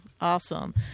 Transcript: Awesome